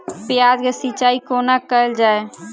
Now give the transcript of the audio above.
प्याज केँ सिचाई कोना कैल जाए?